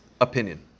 opinion